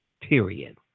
period